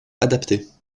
adaptées